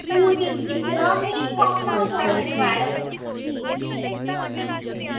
हून ते ठीक ऐ में कम्म हा थुआढ़े कन्नै पैह्लें